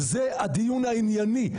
אני לא סומכת עליכם,